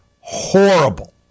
horrible